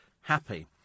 happy